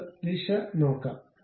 നമുക്ക് ദിശ നോക്കാം